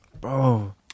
bro